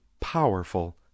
powerful